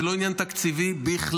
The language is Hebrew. זה לא עניין תקציבי בכלל,